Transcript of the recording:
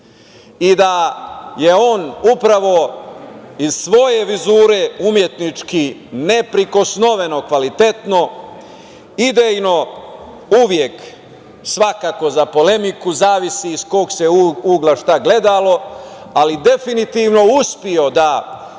i da je on upravo iz svoje vizure umetnički neprikosnoveno kvalitetno, idejno uvek svakako za polemiku, zavisi iz kog se ugla šta gledalo, ali definitivno uspeo da